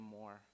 more